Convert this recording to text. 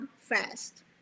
fast